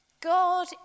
God